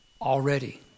already